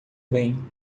bem